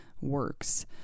works